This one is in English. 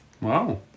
Wow